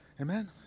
Amen